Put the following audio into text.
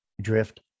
drift